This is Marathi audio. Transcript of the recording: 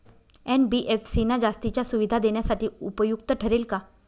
एन.बी.एफ.सी ना जास्तीच्या सुविधा देण्यासाठी उपयुक्त ठरेल का?